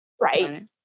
Right